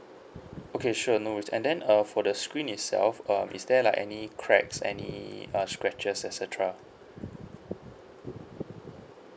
okay sure no worries and then uh for the screen itself um is there like any cracks any uh scratches et cetera